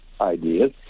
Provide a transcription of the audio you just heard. ideas